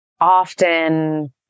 often